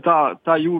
tą tą jų